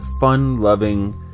fun-loving